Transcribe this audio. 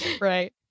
right